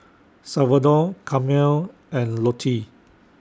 Salvador Carmel and Lottie